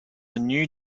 new